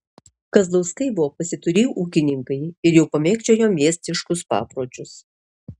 kazlauskai buvo pasiturį ūkininkai ir jau pamėgdžiojo miestiškus papročius